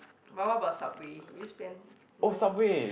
but what about Subway will you spend money on Sub~